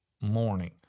morning